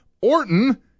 Orton